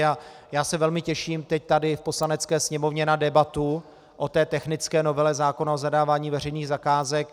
A já se velmi těším teď tady v Poslanecké sněmovně na debatu o té technické novele zákona o zadávání veřejných zakázek.